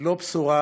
לא בשורה